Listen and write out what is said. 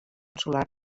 solar